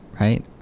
right